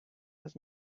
was